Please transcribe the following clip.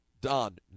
Don